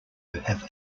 have